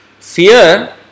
Fear